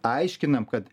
aiškinam kad